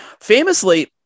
Famously